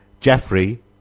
Jeffrey